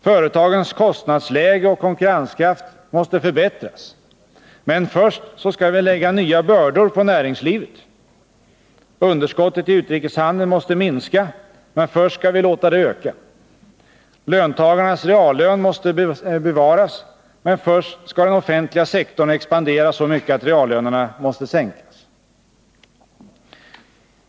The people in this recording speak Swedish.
Företagens kostnadsläge och konkurrenskraft måste förbättras — men först skall vi lägga nya bördor på näringslivet. Underskottet iutrikeshandeln måste minska — men först skall vi låta det öka. Löntagarnas reallön måste bevaras — men först skall den offentliga sektorn expandera så mycket att reallönerna måste sänkas.